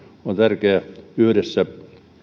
on tärkeä yhdessä